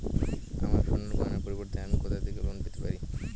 আমার সোনার গয়নার পরিবর্তে আমি কোথা থেকে লোন পেতে পারি?